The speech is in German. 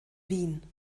wien